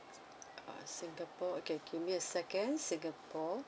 uh singapore okay give me a second singapore